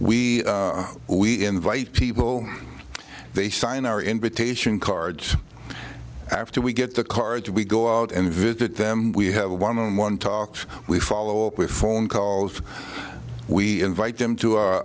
we we invite people they sign our invitation cards after we get the cards we go out and visit them we have a one on one talks we follow up with phone calls we invite them to